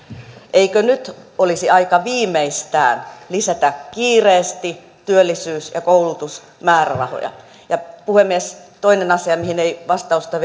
eikö nyt olisi aika viimeistään lisätä kiireesti työllisyys ja koulutusmäärärahoja puhemies on toinenkin asia mihin ei vastausta